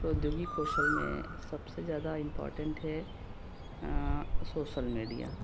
प्रौद्योगिकी कौशल में सबसे ज़्यादा इम्पोर्टेन्ट है सोशल मिडिया